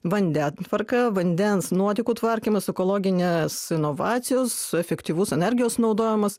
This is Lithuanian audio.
vandentvarka vandens nuotekų tvarkymas ekologinės inovacijos efektyvus energijos naudojimas